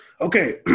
Okay